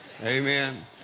Amen